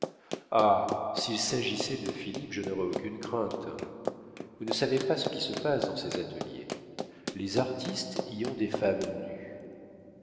ah s'il s'agissait de philippe je n'aurais aucune crainte vous ne savez pas ce qui se passe dans ces ateliers les artistes y ont des femmes nues